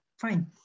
Fine